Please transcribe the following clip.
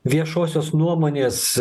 viešosios nuomonės